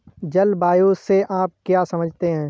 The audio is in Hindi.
जलवायु से आप क्या समझते हैं?